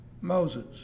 Moses